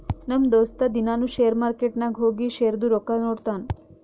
ನಮ್ ದೋಸ್ತ ದಿನಾನೂ ಶೇರ್ ಮಾರ್ಕೆಟ್ ನಾಗ್ ಹೋಗಿ ಶೇರ್ದು ರೊಕ್ಕಾ ನೋಡ್ತಾನ್